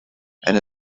and